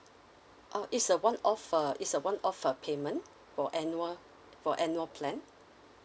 oh is a one off err is a one of uh payment for annual for annual plan